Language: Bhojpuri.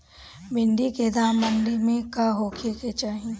भिन्डी के दाम मंडी मे का होखे के चाही?